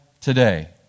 today